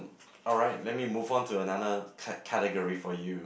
alright let me move on to another cat~ category for you